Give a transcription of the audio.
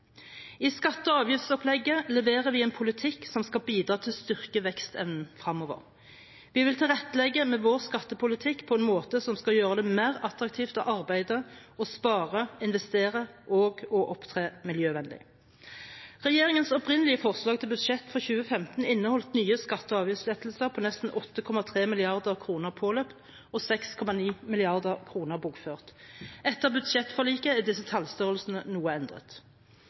I skatte- og avgiftsopplegget leverer vi en politikk som skal bidra til å styrke vekstevnen fremover. Vi vil tilrettelegge med vår skattepolitikk på en måte som skal gjøre det mer attraktivt å arbeide, spare, investere og opptre miljøvennlig. Regjeringens opprinnelige forslag til budsjett for 2015 inneholdt nye skatte- og avgiftslettelser på nesten 8,3 mrd. kr påløpt og 6,9 mrd. kr bokført. Etter budsjettforliket er disse tallstørrelsene noe endret.